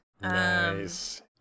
Nice